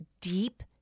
deep